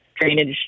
drainage